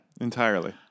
Entirely